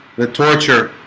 the torture